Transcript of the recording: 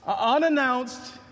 unannounced